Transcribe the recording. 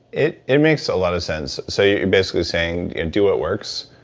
it it makes a lot of sense. so you're basically saying, and do what works,